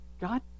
God